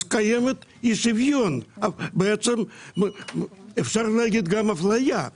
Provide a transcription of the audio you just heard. אז קיים אי-שוויון, ואפשר להגיד גם אפליה.